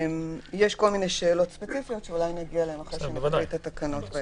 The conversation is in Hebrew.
יש כל מיני שאלות ספציפיות שאולי נגיע אליהן אחרי שנקרא את התקנות.